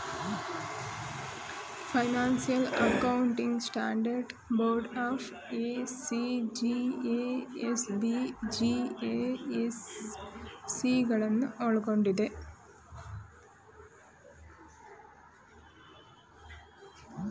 financial accounting standard board FAC, GASB, GASC ಗಳನ್ನು ಒಳ್ಗೊಂಡಿದೆ